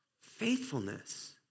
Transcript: faithfulness